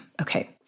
Okay